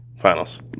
finals